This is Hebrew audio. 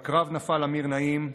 בקרב נפל אמיר נעים,